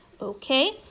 Okay